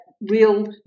real